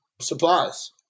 supplies